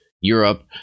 Europe